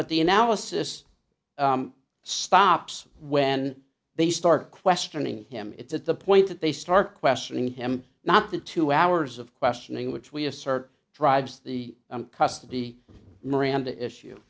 but the analysis stops when they start questioning him it's at the point that they start questioning him not the two hours of questioning which we assert drives the custody miranda